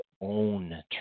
own